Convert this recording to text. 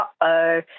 uh-oh